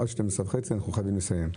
עד שעה 12:30 אנחנו חייבים לסיים,